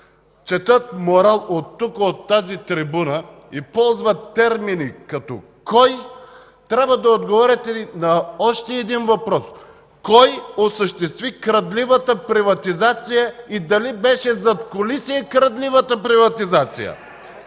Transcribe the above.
четат морал тук, от тази трибуна и ползват термини като „Кой?”, трябва да отговорят и на още един въпрос: Кой осъществи крадливата приватизация и дали беше задкулисие крадливата приватизация?